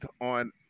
on